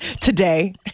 Today